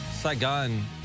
Saigon